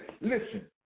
Listen